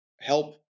help